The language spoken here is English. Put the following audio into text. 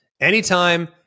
Anytime